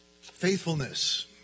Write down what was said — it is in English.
faithfulness